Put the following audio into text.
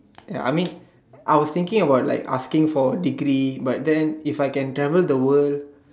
ya I mean I was thinking about like asking for degree but then if I can travel the word